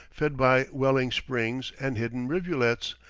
fed by welling springs and hidden rivulets,